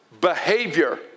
behavior